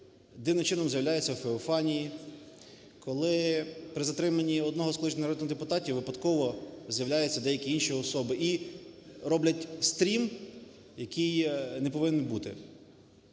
дивним чином з'являються у "Феофанії", коли при затриманні одного з колишніх народних депутатів випадково з'являються деякі інші особи. І роблять стрім, який не повинен бути.